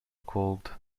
called